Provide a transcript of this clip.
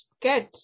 good